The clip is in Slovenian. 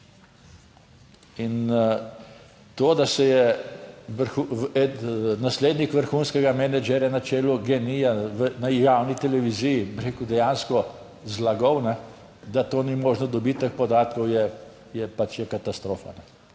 In to, da se je naslednik vrhunskega menedžerja na čelu GEN-I na javni televiziji, bi rekel, dejansko zlagal, da to ni možno dobiti teh podatkov, je pač, je katastrofa.